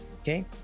okay